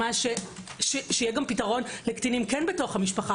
שיהיה פתרון לקטינים בתוך המשפחה.